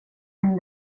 hände